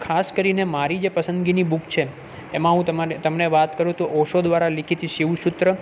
ખાસ કરીને મારી જે પસંદગીની બુક છે એમાં હું તમાને તમને વાત કરું તો ઓશો દ્વારા લિખિત શિવ સૂત્ર